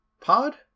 Pod